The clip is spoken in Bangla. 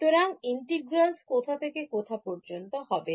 সুতরাং Integrals কোথা থেকে কোথা পর্যন্ত হবে